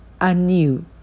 anew